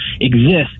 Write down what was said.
exist